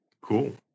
Cool